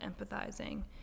empathizing